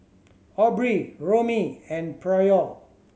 Aubrey Romie and Pryor